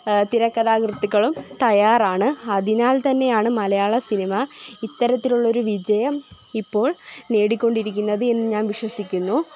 തിരക്കഥാകൃത്തുക്കളും തയ്യാറാണ് അതിനാൽ തന്നെയാണ് മലയാള സിനിമ ഇത്തരത്തിലുള്ള ഒരു വിജയം ഇപ്പോൾ നേടിക്കൊണ്ടിരിക്കുന്നത് എന്ന് ഞാൻ വിശ്വസിക്കുന്നു